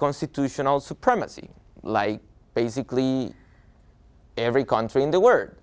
constitutional supremacy like basically every country in the word